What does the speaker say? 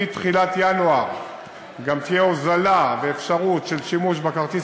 מתחילת ינואר גם תהיה הוזלה ואפשרות של שימוש בכרטיס